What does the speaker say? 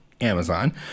Amazon